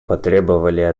потребовали